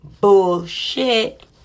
Bullshit